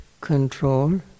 control